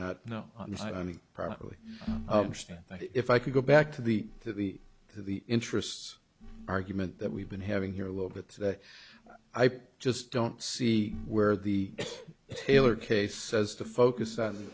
not know privately but if i could go back to the to the to the interests argument that we've been having here a little bit that i just don't see where the taylor case says to focus on